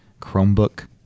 Chromebook